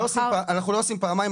אנחנו לא עושים פעמיים.